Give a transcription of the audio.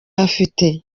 afite